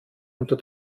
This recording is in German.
unter